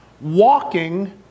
walking